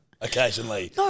occasionally